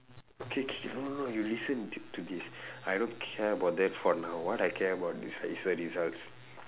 okay K no no no you listen to this I don't care about that for now what I care about is her is her results